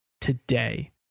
today